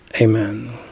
Amen